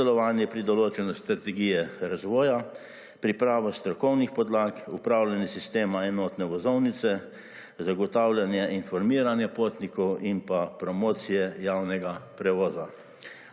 sodelovanje pri določanju strategije razvoja, priprava strokovnih podlag, upravljanje sistema enotne vozovnice, zagotavljanje informiranja potnikov in pa promocije javnega prevoza.